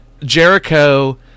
Jericho